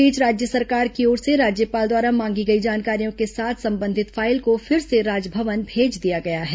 इस बीच राज्य सरकार की ओर से राज्यपाल द्वारा मांगी गई जानकारियों के साथ संबंधित फाइल को फिर से राजभवन भेज दिया गया है